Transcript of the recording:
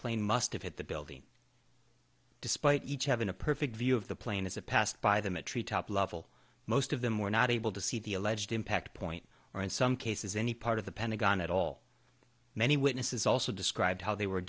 must have hit the building despite each having a perfect view of the plane as it passed by them a tree top level most of them were not able to see the alleged impact point or in some cases any part of the pentagon at all many witnesses also describe how they were